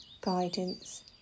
guidance